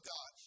God